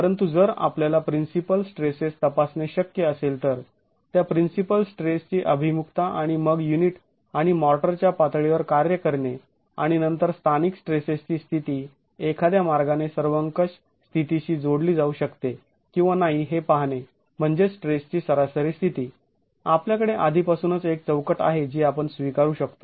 परंतु जर आपल्याला प्रिन्सिपल स्ट्रेसेस तपासणे शक्य असेल तर त्या प्रिन्सिपल स्ट्रेसची अभिमुखता आणि मग युनिट आणि मॉर्टरच्या पातळीवर कार्य करणे आणि नंतर स्थानिक स्ट्रेसेसची स्थिती एखाद्या मार्गाने सर्वंकष स्थितीशी जोडली जाऊ शकते किंवा नाही हे पाहणे म्हणजेच स्ट्रेसची सरासरी स्थिती आपल्याकडे आधीपासूनच एक चौकट आहे जी आपण स्वीकारू शकतो